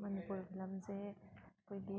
ꯃꯅꯤꯄꯨꯔ ꯐꯤꯂꯝꯁꯦ ꯑꯩꯈꯣꯏꯒꯤ